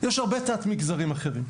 יש הרבה תת מגזרים אחרים.